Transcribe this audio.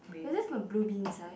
is this a blue bean inside